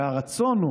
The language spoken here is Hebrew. והרצון,